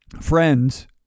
Friends